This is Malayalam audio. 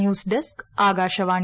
news desk Akashvani